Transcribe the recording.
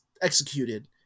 executed